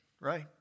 right